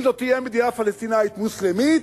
אם זאת תהיה מדינה פלסטינית מוסלמית